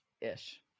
ish